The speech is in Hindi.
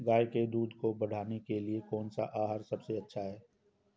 गाय के दूध को बढ़ाने के लिए कौनसा आहार सबसे अच्छा है?